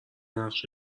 نقش